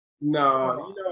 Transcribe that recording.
No